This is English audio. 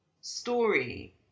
story